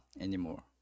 anymore